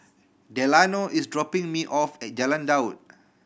Delano is dropping me off at Jalan Daud